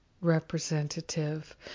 representative